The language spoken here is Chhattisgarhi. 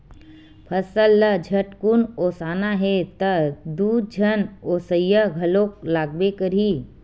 फसल ल झटकुन ओसाना हे त दू झन ओसइया घलोक लागबे करही